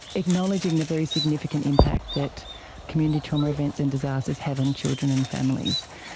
acknowledging the very significant impact that community trauma events and disasters have on children and families.